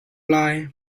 lai